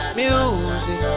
music